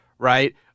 right